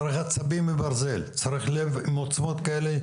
צריך עצבים מברזל, צריך לב עם עוצמות כאלה.